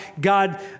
God